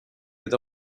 with